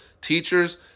teachers